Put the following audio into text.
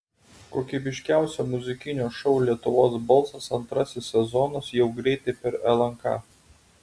kokybiškiausio muzikinio šou lietuvos balsas antrasis sezonas jau greitai per lnk